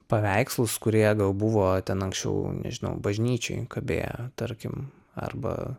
paveikslus kurie gal buvo ten anksčiau nežinau bažnyčioj kabėjo tarkim arba